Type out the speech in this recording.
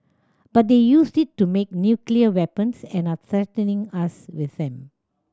but they used it to make nuclear weapons and are threatening us with them